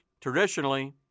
traditionally